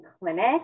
clinic